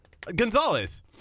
Gonzalez